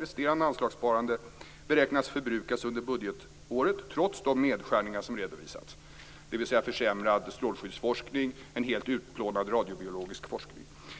Resterande anslagssparande beräknas förbrukas under budgetåret trots de nedskärningar som redovisats, dvs.